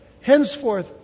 henceforth